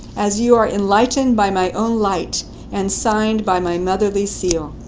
as you are enlightened by my own light and signed by my motherly seal.